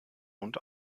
und